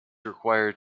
required